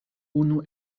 unu